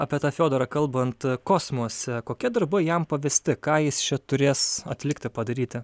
apie tą fiodorą kalbant kosmose kokie darbai jam pavesti ką jis čia turės atlikti padaryti